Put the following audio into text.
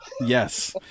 yes